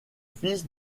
fils